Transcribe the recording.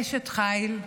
אשת חיל,